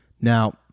now